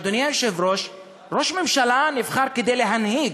אדוני היושב-ראש, ראש ממשלה נבחר כדי להנהיג.